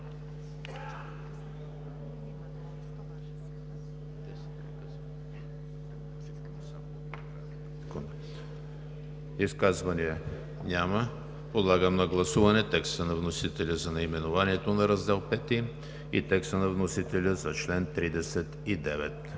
Изказвания? Няма. Подлагам на гласуване текста на вносителя за наименованието на Раздел V и текста на вносителя за чл. 39.